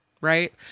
Right